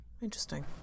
Interesting